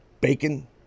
bacon